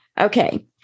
okay